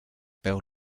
bell